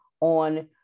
on